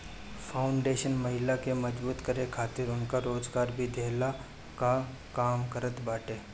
foundation महिला के मजबूत करे खातिर उनके रोजगार भी देहला कअ काम करत बाटे